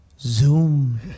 Zoom